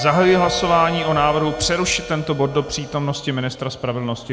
Zahajuji hlasování o návrhu přerušit tento bod do přítomnosti ministra spravedlnosti.